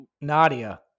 Nadia